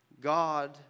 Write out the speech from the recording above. God